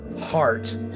heart